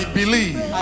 believe